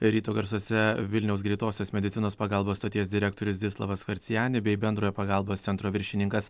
ryto garsuose vilniaus greitosios medicinos pagalbos stoties direktorius zdislavas skorceni bei bendrojo pagalbos centro viršininkas